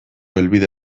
helbide